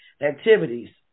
activities